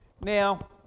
Now